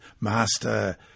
Master